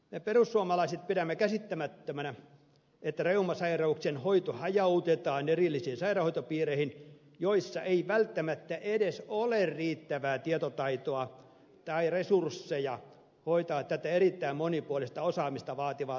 me perussuomalaiset pidämme käsittämättömänä että reumasairauksien hoito hajautetaan erillisiin sairaanhoitopiireihin joissa ei välttämättä edes ole riittävää tietotaitoa tai resursseja hoitaa tätä erittäin monipuolista osaamista vaativaa sairautta